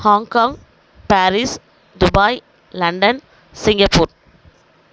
Hong Kong Paris Dubai London Singapore